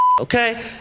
okay